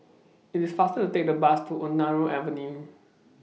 IT IS faster to Take The Bus to Ontario Avenue